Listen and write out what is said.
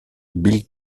bill